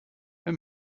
wenn